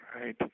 Right